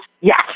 Yes